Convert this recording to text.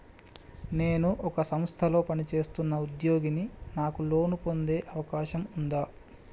నేను ఒక సంస్థలో పనిచేస్తున్న ఉద్యోగిని నాకు లోను పొందే అవకాశం ఉందా?